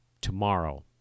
tomorrow